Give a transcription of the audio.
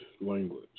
language